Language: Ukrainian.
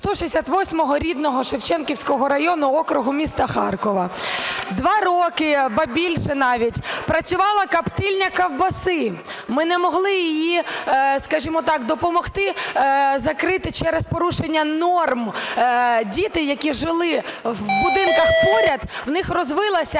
168 рідного Шевченківського району округу міста Харкова. Два роки, ба більше навіть, працювала коптильня ковбаси. Ми не могли її, скажімо так, допомогти закрити через порушення норм. Діти, які жили в будинках поряд, у них розвилася